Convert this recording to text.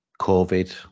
covid